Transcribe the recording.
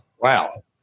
Wow